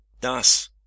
Thus